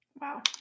Wow